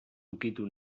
ukitu